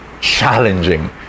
challenging